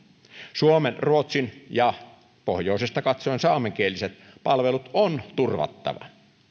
suomen ruotsin ja pohjoisesta katsoen saamenkieliset palvelut on turvattava